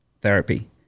therapy